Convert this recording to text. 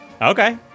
Okay